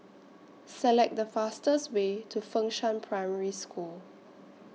Select The fastest Way to Fengshan Primary School